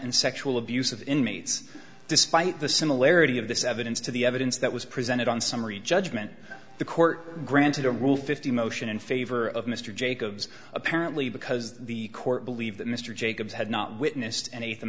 and sexual abuse of inmates despite the similarity of this evidence to the evidence that was presented on summary judgment the court granted a rule fifty motion in favor of mr jacobs apparently because the court believe that mr jacobs had not witnessed an